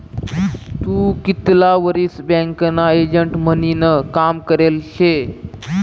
तू कितला वरीस बँकना एजंट म्हनीन काम करेल शे?